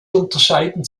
unterscheiden